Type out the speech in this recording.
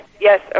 yes